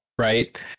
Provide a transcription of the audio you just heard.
Right